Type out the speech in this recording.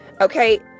Okay